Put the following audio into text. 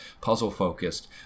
puzzle-focused